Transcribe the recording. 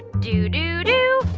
doo-doo-doo.